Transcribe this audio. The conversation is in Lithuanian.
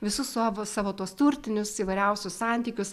visus savo savo tuos turtinius įvairiausius santykius